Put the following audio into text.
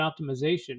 optimization